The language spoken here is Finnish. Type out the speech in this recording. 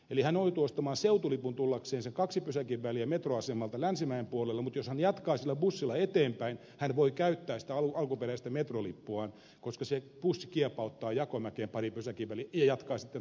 eli hän joutui ostamaan seutulipun tullakseen sen kaksi pysäkinväliä metroasemalta länsimäen puolelle mutta jos hän jatkaa sillä bussilla eteenpäin hän voi käyttää sitä alkuperäistä metrolippuaan koska se bussi kiepauttaa jakomäkeen pari pysäkinväliä ja jatkaa sitten taas vantaalle